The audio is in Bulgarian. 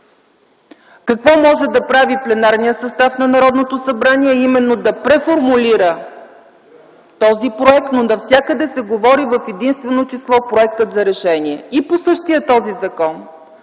какво може да прави пленарният състав на Народното събрание, а именно – да преформулира този проект, но навсякъде се говори в единствено число „проект за решение”. И по същия този закон